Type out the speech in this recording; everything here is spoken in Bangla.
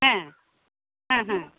হ্যাঁ হ্যাঁ হ্যাঁ